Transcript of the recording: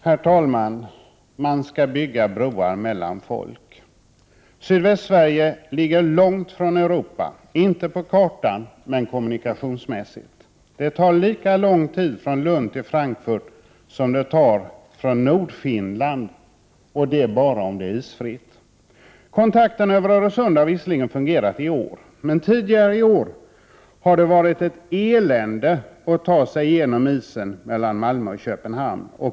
Herr talman! Man skall bygga broar mellan folk. Sydvästsverige ligger långt från Europa —- inte på kartan, men kommunikationsmässigt. Det tar lika lång tid från Lund till Frankfurt som det tar från Nordfinland, och det gäller bara om det är isfritt. Kontakterna över Öresund har visserligen fungerat i år, men tidigare år har det varit ett elände att ta sig igenom isen mellan Malmö och Köpenhamn.